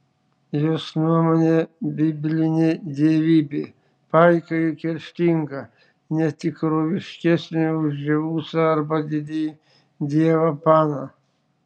jos nuomone biblinė dievybė paika ir kerštinga ne tikroviškesnė už dzeusą arba didįjį dievą paną